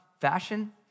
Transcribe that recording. fashion